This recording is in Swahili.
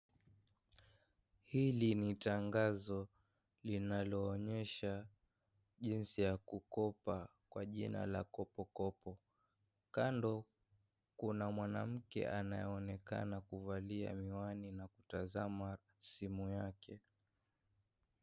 Hili ni tangazo linaloonyesha jinsi ya kukopa kwa jina la kopokopo. Kando kuna mwanamke anayeonekana na kuvalia miwani na kutazama simu yake.